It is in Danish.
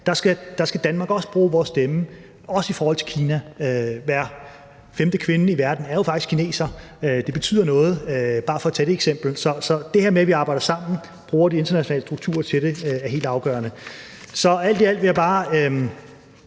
Der skal vi i Danmark også bruge vores stemme, også i forhold til Kina. Hver femte kvinde i verden er jo faktisk kineser, og det betyder noget; det er bare for at tage ét eksempel. Så det her med, at vi arbejder sammen og bruger de internationale strukturer til det, er helt afgørende. Så alt i alt vil jeg bare